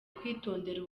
kwitondera